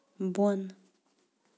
بۄن